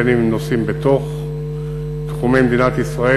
בין שהם נוסעים בתוך תחומי מדינת ישראל